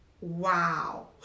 wow